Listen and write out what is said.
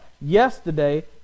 yesterday